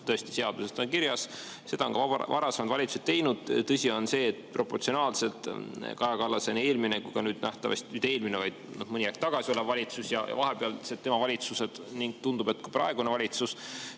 Tõesti, seaduses on see kirjas, seda on ka varasemad valitsused teinud. Tõsi on see, et proportsionaalselt Kaja Kallase nii eelmine kui ka nüüd nähtavasti … Mitte eelmine, vaid mõni aeg tagasi olev valitsus ja vahepealsed tema valitsused ning tundub, et ka praegune valitsus